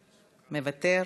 מוותר.